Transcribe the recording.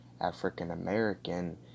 African-American